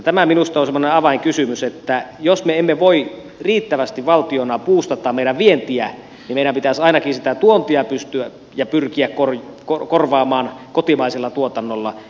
tämä minusta on semmoinen avainkysymys että jos me emme voi riittävästi valtiona buustata meidän vientiä niin meidän pitäisi ainakin sitä tuontia pyrkiä korvaamaan kotimaisella tuotannolla